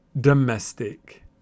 Domestic